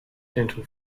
dental